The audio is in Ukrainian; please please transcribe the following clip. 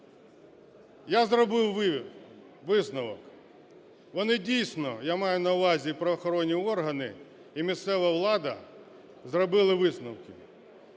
Я зробив висновок: вони, дійсно, я маю на увазі правоохоронні органи і місцева влада, зробили висновки.